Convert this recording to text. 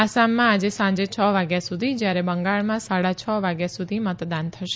આસામમાં આજે સાંજે છ વાગ્યા સુધી જયારે બંગાળમાં સાડા છ સુધી મતદાન થશે